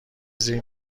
زیر